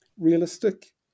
Realistic